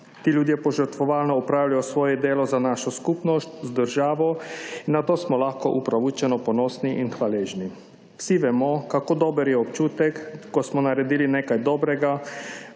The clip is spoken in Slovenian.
Ti ljudje požrtvovalno opravljajo svoje delo za našo skupnost, državo in na to smo lahko upravičeno ponosni in hvaležni. Vsi vemo, kako dober je občutek, ko smo naredili nekaj dobrega